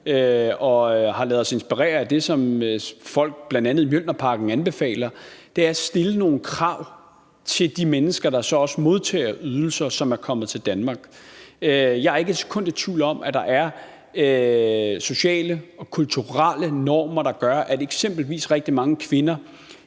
vi har ladet os inspirere af det, som folk bl.a. i Mjølnerparken anbefaler. Det er nemlig at stille nogle krav til de mennesker, som er kommet til Danmark, og som så også modtager ydelser. Jeg er ikke et sekund i tvivl om, at der er sociale og kulturelle normer, der gør, at eksempelvis rigtig mange kvinder